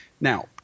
Now